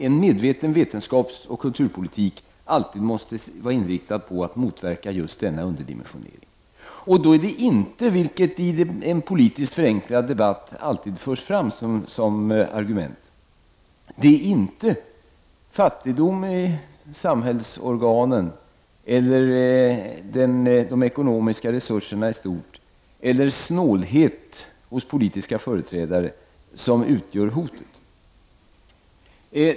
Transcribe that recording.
En medveten vetenskapsoch kulturpolitik måste alltid vara inriktad på att motverka just denna underdimensionering. Men det tas inte alltid fram som argument i en politiskt förenklad debatt. Det är inte fattigdom i samhällsorganen, de ekonomiska resurserna i stort eller snålhet hos politiska företrädare som utgör hotet.